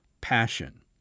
passion